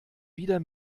wieder